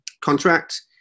contract